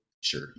Sure